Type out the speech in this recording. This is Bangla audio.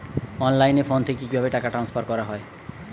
অনলাইনে ফোন থেকে কিভাবে টাকা ট্রান্সফার করা হয়?